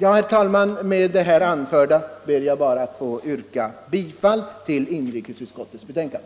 Herr talman! Med det anförda ber jag att få yrka bifall till inrikesutskottets betänkande.